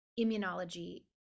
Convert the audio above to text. immunology